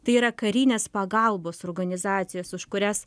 tai yra karinės pagalbos organizacijos už kurias